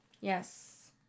Yes